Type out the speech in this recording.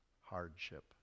hardship